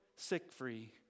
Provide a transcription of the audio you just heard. sick-free